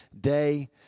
day